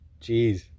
Jeez